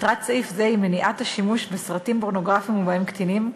מטרת סעיף זה היא מניעת השימוש בסרטים פורנוגרפיים שבהם קטינים,